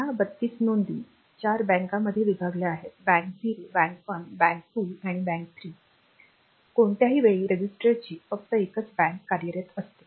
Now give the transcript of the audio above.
या 3२ नोंदी चार बँकांमध्ये विभागल्या आहेत बँक 0 बँक 1 बँक 2 आणि बँक 3 कोणत्याही वेळी रजिस्टरची फक्त एकच बँक कार्यरत असते